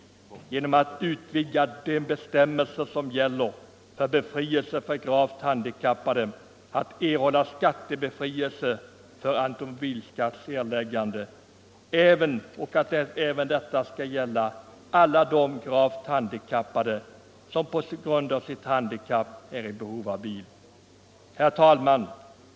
Man kan göra det genom att utvidga bestämmelserna om befrielse från automobilskatt för gravt handikappade till att gälla alla de gravt handikappade som på grund av sitt handikapp är i behov av bil. Herr talman!